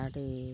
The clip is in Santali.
ᱟᱹᱰᱤ